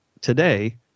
today